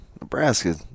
Nebraska